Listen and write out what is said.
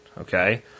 okay